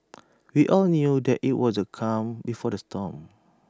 we all knew that IT was A calm before the storm